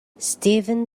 steven